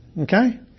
Okay